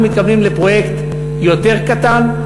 אנחנו מתכוונים לפרויקט יותר קטן.